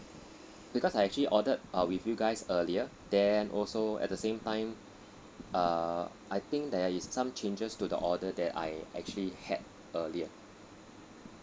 because I actually ordered uh with you guys earlier then also at the same time uh I think there is some changes to the order that I actually had earlier